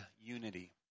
unity